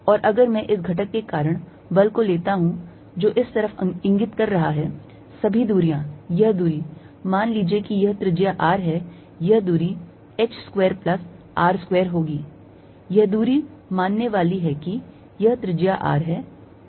और अगर मैं इस घटक के कारण बल को लेता हूं जो इस तरफ इंगित करता है सभी दूरियां यह दूरी मान लीजिए कि यह त्रिज्या R है यह दूरी h square plus R square होगी